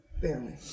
Barely